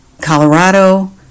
Colorado